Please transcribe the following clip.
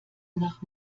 nach